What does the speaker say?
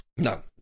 No